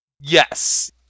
Yes